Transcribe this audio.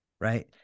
right